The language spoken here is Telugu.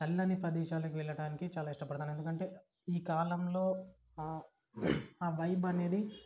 చల్లని ప్రదేశాలకు వెళ్ళడానికే చాలా ఇష్టపడతాను ఎందుకంటే ఈ కాలంలో వైబ్ అనేది